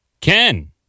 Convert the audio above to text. Ken